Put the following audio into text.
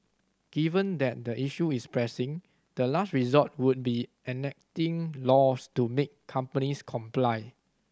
given that the issue is pressing the last resort would be enacting laws to make companies comply